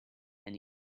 and